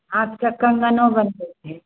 हाथके कङ्गनो बनबैके हइ